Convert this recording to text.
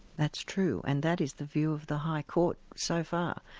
that's true, and that is the view of the high court so far.